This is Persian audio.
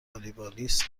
والیبالیست